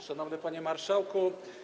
Szanowny Panie Marszałku!